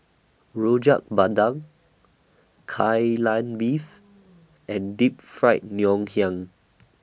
Rojak Bandung Kai Lan Beef and Deep Fried Ngoh Niang